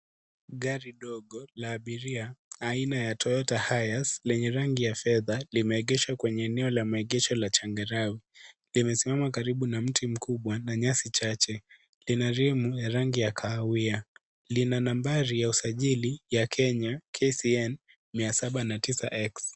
Gari dogo, la abiria, aina ya Toyota Hiace, lenye rangi ya fedha, limeegeshwa kwenye eneo la maegesho la changarawe. Limesimama karibu na mti mkubwa na nyasi chache. Ina rimu ya rangi ya kahawia. Lina nambari ya usajili, ya Kenya, KCN 709X .